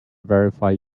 verify